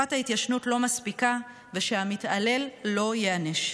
שתקופת ההתיישנות לא מספיקה ושהמתעלל לא ייענש.